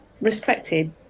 respected